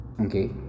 okay